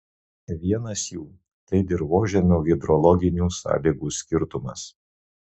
vienas jų tai dirvožemio hidrologinių sąlygų skirtumas